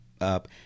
up